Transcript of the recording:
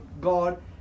God